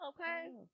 Okay